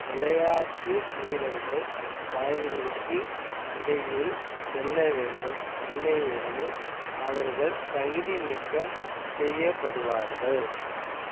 விளையாட்டு வீரர்கள் வாயில்களுக்கு இடையில் செல்ல வேண்டும் இல்லையெனில் அவர்கள் தகுதி நீக்கம் செய்யப்படுவார்கள்